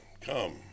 come